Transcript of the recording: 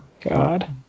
God